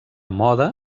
moda